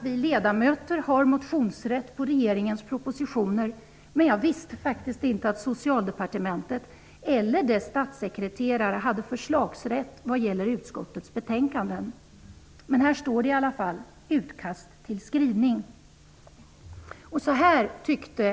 Vi ledamöter har motionsrätt i fråga om regeringens propositioner, men jag visste faktist inte att Socialdepartementet eller dess statssekreterare hade förslagsrätt när det gäller utskottets betänkanden. Det finns ett utkast till skrivning från Socialdepartementet.